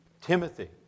Timothy